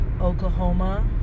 Oklahoma